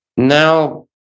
Now